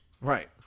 Right